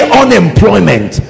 unemployment